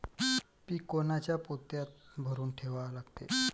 पीक कोनच्या पोत्यात भरून ठेवा लागते?